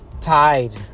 tied